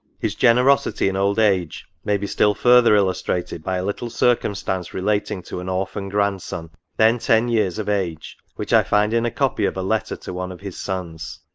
his generosity in old age may be still further illustrated by a little circumstance relating to an orphan grandson, then ten years of age, which i find in a copy of a letter to one of his sons